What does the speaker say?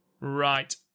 Right